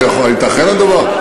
הייתכן הדבר?